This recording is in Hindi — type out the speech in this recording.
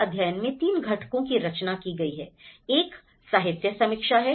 इस अध्ययन में 3 घटकों की रचना की गई है एक साहित्य समीक्षा है